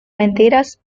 mentiras